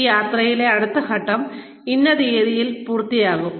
ഈ യാത്രയിലെ അടുത്ത ഘട്ടം ഇന്ന തീയതിയിൽ പൂർത്തിയാകും